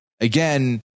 Again